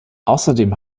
außerdem